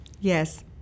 Yes